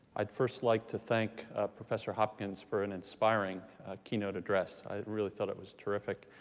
i'd first like to thank professor hopkins for an inspiring keynote address. i really thought it was terrific.